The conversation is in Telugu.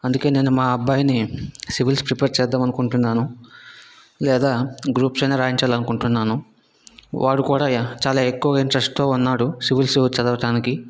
అందుకే నేను మా అబ్బాయిని సివిల్స్ ప్రిపేర్ చేద్దాం అనుకుంటున్నాను లేదా గ్రూప్స్ అయినా రాయించాలి అనుకుంటున్నాను వాడు కూడా చాలా ఎక్కువ ఇంట్రెస్ట్తో ఉన్నాడు సివిల్స్ అవి చదవడానికి